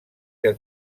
que